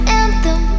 anthem